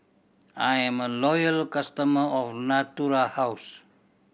I'm a loyal customer of Natura House